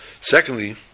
Secondly